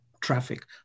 Traffic